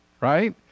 right